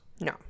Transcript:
no